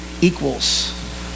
equals